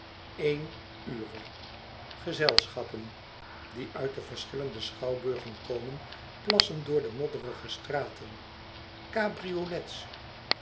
een ure gezelschappen die uit de verschillende schouwburgen komen plassen door de modderige straten cabriolets